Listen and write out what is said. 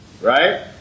right